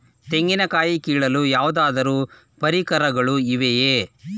ತೆಂಗಿನ ಕಾಯಿ ಕೀಳಲು ಯಾವುದಾದರು ಪರಿಕರಗಳು ಇವೆಯೇ?